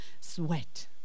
sweat